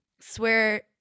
swear